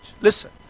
listen